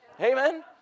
Amen